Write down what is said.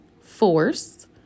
force